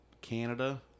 Canada